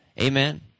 Amen